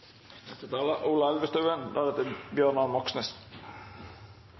Neste taler er